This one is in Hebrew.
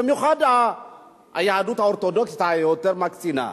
במיוחד היהדות האורתודוקסית היותר מקצינה.